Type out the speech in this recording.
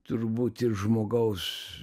turbūt ir žmogaus